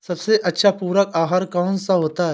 सबसे अच्छा पूरक आहार कौन सा होता है?